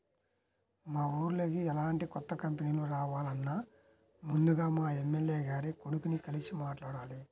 మా ఊర్లోకి ఎలాంటి కొత్త కంపెనీలు రావాలన్నా ముందుగా మా ఎమ్మెల్యే గారి కొడుకుని కలిసి మాట్లాడాలి